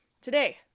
today